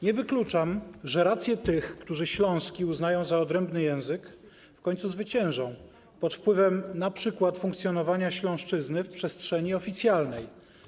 Nie wykluczam, że racje tych, którzy śląski uznają za odrębny język, w końcu zwyciężą, np. pod wpływem funkcjonowania śląszczyzny w przestrzeni oficjalnej.